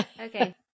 Okay